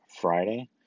Friday